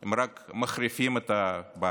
הם רק מחריפים את הבעיה.